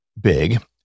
big